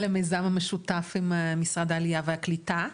למיזם המשותף עם משרד העלייה והקליטה,